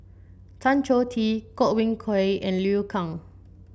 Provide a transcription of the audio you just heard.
Tan Choh Tee Godwin Koay and Liu Kang